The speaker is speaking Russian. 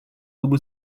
было